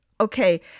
okay